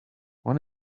when